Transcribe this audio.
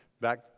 back